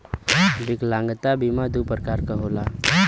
विकलागंता बीमा दू प्रकार क होला